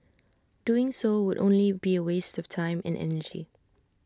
doing so would only be A waste of time and energy